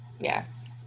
yes